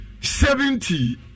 seventy